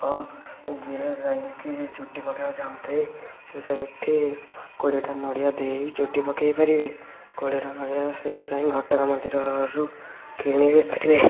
ଓ ଯିଏ ଯାଇଁକି ଚୁଟି ପକେଇବାକୁ ଚାହୁଁଥାଏ ସେ ସେଇଠି କୋଡ଼ିଏଟା ନଡ଼ିଆ ଦେଇ ଚୁଟି ପକେଇପାରିବେ କୋଡ଼ିଏଟା ନଡ଼ିଆ ସେ ଚାହିଁ ଘଟଗାଁ ମନ୍ଦିରରୁ କିଣି ବି ପାରିବେ